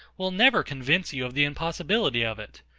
will never convince you of the impossibility of it.